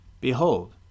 Behold